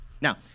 Now